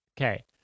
Okay